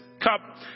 cup